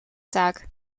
taak